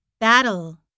battle